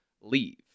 leave